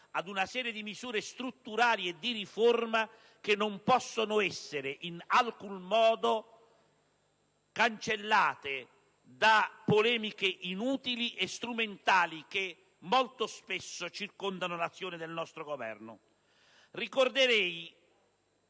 ad una serie di misure strutturali e di riforma che non possono essere in alcun modo cancellate dalle polemiche inutili e strumentali che, molto spesso, circondano l'azione del nostro Governo. Ricorderei